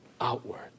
outward